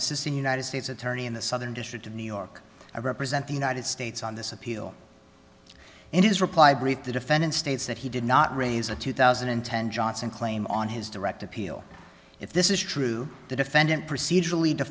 assistant united states attorney in the southern district of new york i represent the united states on this appeal and his reply brief the defendant states that he did not raise a two thousand and ten johnson claim on his direct appeal if this is true the defendant procedur